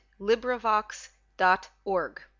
LibriVox.org